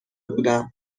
بودم